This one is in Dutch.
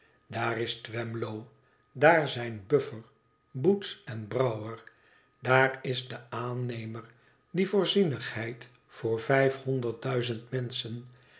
daar is twemlow daar zijn buffer boots en brouwer daar is de aannemer die voorzienigheid voor